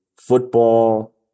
football